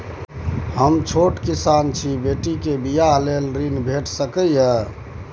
हम छोट किसान छी, बेटी के बियाह लेल ऋण भेट सकै ये?